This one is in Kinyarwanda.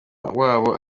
wabo